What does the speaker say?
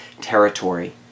territory